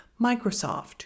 Microsoft